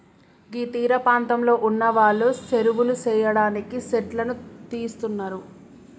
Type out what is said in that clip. గీ తీరపాంతంలో ఉన్నవాళ్లు సెరువులు సెయ్యడానికి సెట్లను తీస్తున్నరు